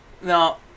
Now